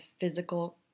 physical